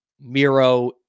Miro